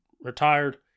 retired